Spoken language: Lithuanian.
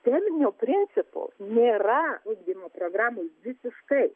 teminio principu nėra ugdymo programoj visiškai